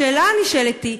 השאלה הנשאלת היא,